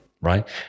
Right